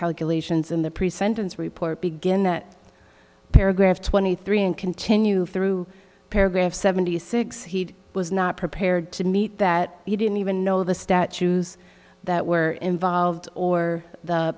calculations in the pre sentence report begin that paragraph twenty three and continue through paragraph seventy six he was not prepared to meet that he didn't even know the statues that were involved or the